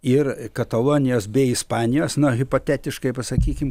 ir katalonijos bei ispanijos na hipotetiškai pasakykim